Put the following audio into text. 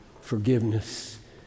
forgiveness